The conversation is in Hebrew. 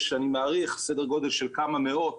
יש, אני מעריך, סדר גודל של כמה מאות